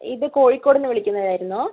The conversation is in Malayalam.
ഇത് കോഴിക്കോടു നിന്ന് വിളിക്കുന്നതായിരുന്നു